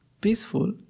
peaceful